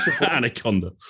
Anaconda